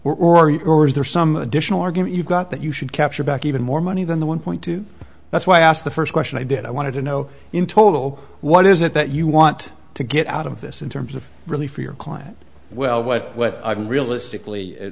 right or is there some additional argument you've got that you should capture back even more money than the one point two that's why i asked the first question i did i wanted to know in total what is it that you want to get out of this in terms of really for your client well what i can realistically